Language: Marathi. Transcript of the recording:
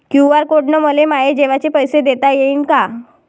क्यू.आर कोड न मले माये जेवाचे पैसे देता येईन का?